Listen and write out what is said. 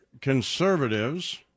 conservatives